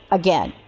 again